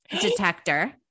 detector